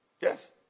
Yes